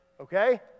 okay